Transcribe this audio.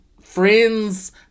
friends